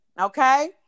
okay